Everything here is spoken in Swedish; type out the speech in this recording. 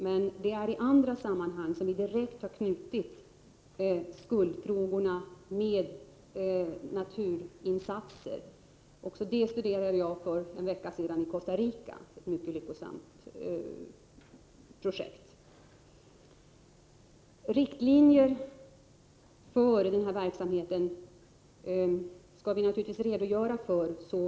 Men det är i andra sammanhang som vi direkt har knutit skuldfrågorna till naturinsatser. Detta studerade jag också för en vecka sedan i Costa Rica. Det var ett mycket lyckosamt projekt. Vi skall naturligtvis så ingående som möjligt redogöra för riktlinjerna för denna verksamhet.